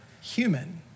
human